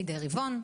מידי רבעון.